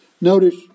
Notice